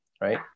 right